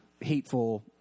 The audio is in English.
hateful